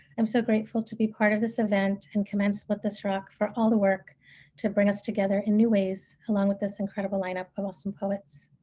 am so grateful to be part of this event and commend split this rock for doing all the work to bring us together in new ways along with this incredible line-up of awesome poets.